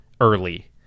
early